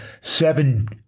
seven